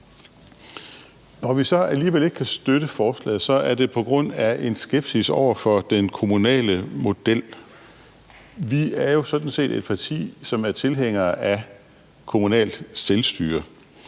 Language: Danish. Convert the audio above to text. Når vi så alligevel ikke kan støtte forslaget, er det på grund af en skepsis over for den kommunale model. Vi er jo sådan set et parti, som er tilhænger af kommunalt selvstyre.